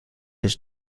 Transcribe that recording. his